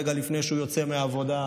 רגע לפני שהוא יוצא מהעבודה.